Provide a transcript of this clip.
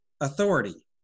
authority